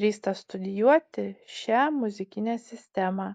drįsta studijuoti šią muzikinę sistemą